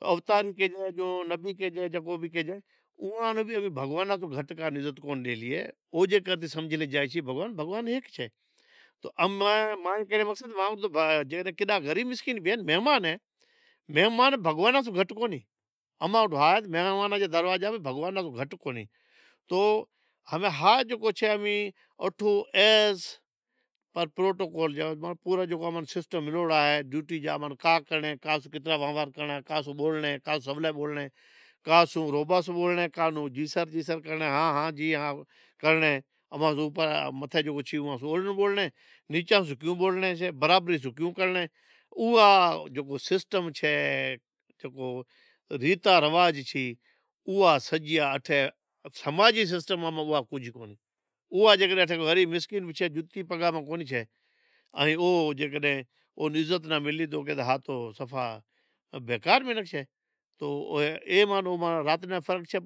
اوتاری کہیجے نبی کہیجے یا جکو بھی کہیجے اوئاں ناں بھی بھگوان سیں گھٹ عزت کو ڈینری اہے او جے سمجھے جائیسیں بھگوان ایک ہی شے اہے، مانجے کہنڑ رو مقصد کہ جیکڈنہں غریب مسکین مہمان اہیں مہمان بھگوان سیں گھٹکونھیں اماں وٹ ہاج مہمان دروازے تی آہیں تو بھگوان سیں گھٹ کونہی ایز پر پروٹوکول جو پورا سسٹم بنیوڑا اہیں اوئاں جیکو سسٹم چھے ریتاں رواز چھی اوئا سجی سماجی سسٹم ماں کجھ کونہی اوہاں غریب مسکین پگان ماں جتی کون چھے اوئاں ناں عزت ناں ملی تو صفا بیکار چیز چھے ائین ای ما او مان رات ڈنان جا فرق چھی۔